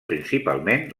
principalment